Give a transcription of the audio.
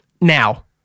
now